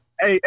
hey